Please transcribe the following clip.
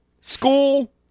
School